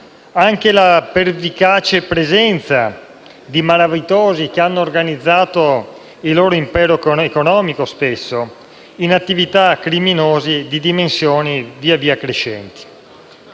anche la pervicace presenza di malavitosi che hanno organizzato il loro stesso impero economico in attività criminose di dimensioni via, via crescenti.